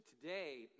today